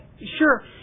sure